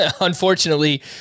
Unfortunately